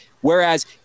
whereas